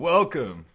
Welcome